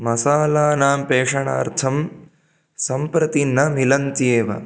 मसालानां पेषणार्थं सम्प्रति न मिलन्ति एव